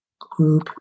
group